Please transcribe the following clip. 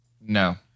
No